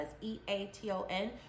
E-A-T-O-N